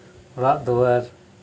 ᱚᱲᱟᱜ ᱫᱩᱣᱟᱹᱨ